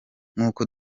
nk’uko